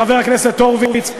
חבר הכנסת הורוביץ,